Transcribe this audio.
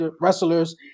wrestlers